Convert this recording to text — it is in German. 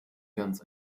ganz